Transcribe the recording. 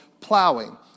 plowing